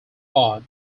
odd